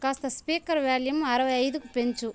కాస్త speaker volume అరవై ఐదుకు పెంచు